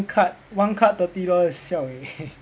card one card thirty dollars siao eh